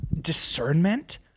discernment